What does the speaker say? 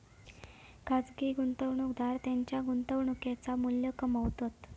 खाजगी गुंतवणूकदार त्येंच्या गुंतवणुकेचा मू्ल्य कमावतत